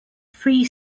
free